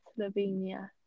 Slovenia